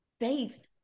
faith